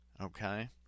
Okay